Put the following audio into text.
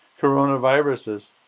coronaviruses